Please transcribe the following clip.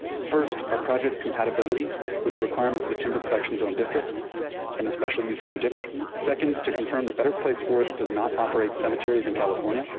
first, our project's compatibility with the requirements of the timber production zone district and especially use zone different second to confirm the better place forest does not operate cemeteries in california.